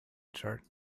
chart